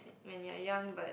w~ when you're young but